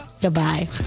Goodbye